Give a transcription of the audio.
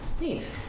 Neat